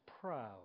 proud